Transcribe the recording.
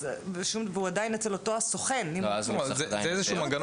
והוא עדיין אצל אותו סוכן -- זה איזשהו מנגנון